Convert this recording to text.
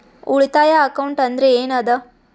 ಉಳಿತಾಯ ಅಕೌಂಟ್ ಅಂದ್ರೆ ಏನ್ ಅದ?